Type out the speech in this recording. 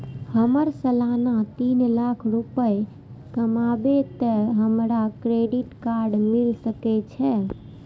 हमर सालाना तीन लाख रुपए कमाबे ते हमरा क्रेडिट कार्ड मिल सके छे?